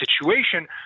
situation